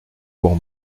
pour